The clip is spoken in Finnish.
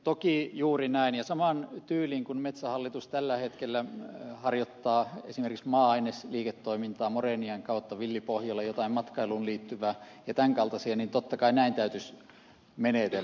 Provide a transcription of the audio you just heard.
toki juuri näin ja samaan tyyliin kuin metsähallitus tällä hetkellä harjoittaa esimerkiksi maa ainesliiketoimintaa moreenien kautta villi pohjola jotain matkailuun liittyvää ja tämän kaltaisia totta kai näin täytyisi menetellä